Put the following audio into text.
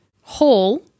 hole